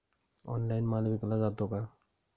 Online माल विकला जातो का?